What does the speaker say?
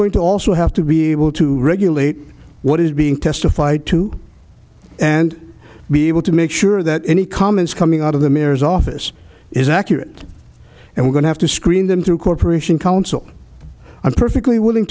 going to also have to be able to regulate what is being testified to and be able to make sure that any comments coming out of the mayor's office is accurate and we're going to have to screen them through corporation counsel i'm perfectly willing